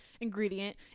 ingredient